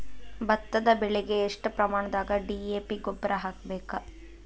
ಭತ್ತದ ಬೆಳಿಗೆ ಎಷ್ಟ ಪ್ರಮಾಣದಾಗ ಡಿ.ಎ.ಪಿ ಗೊಬ್ಬರ ಹಾಕ್ಬೇಕ?